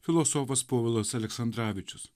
filosofas povilas aleksandravičius